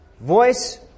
voice